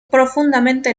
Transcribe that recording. profundamente